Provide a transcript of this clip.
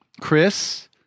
Chris